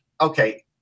okay